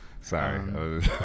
sorry